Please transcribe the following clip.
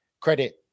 credit